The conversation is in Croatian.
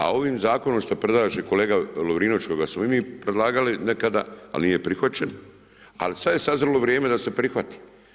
A ovim zakonom što predlaže kolega Lovrinović kojega smo i predlagali nekada, ali nije prihvaćen, ali sad je sazrjelo vrijeme da se prihvati.